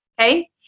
Okay